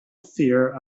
fear